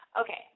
Okay